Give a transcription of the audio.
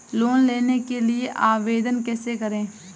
Loan के लिए आवेदन कैसे करें?